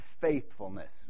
faithfulness